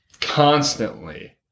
constantly